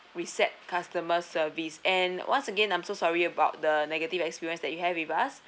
recep~ customer service and once again I'm so sorry about the negative experience that you have with us